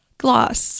gloss